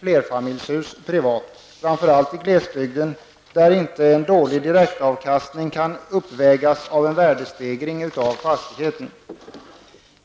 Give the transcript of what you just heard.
flerfamiljshus privat -- särskilt i glesbygden, där en dålig direktavkastning inte kan uppvägas av en värdestegring av fastigheten.